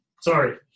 sorry